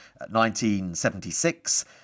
1976